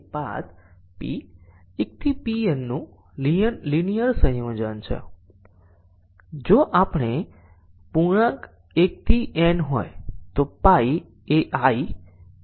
ખરેખર basic condition ની સંખ્યામાં રેખીય છે